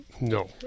No